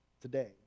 today